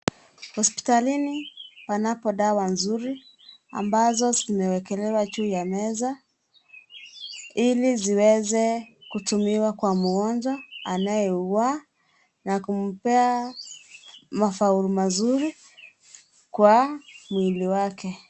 Hospitalini wanapo dawa nzuri ambazo zimewekelewa juu ya meza ili ziweze kutumiwa kwa mgonjwa anayeugua na kumpea matokeo mazuri kwa mwili wake.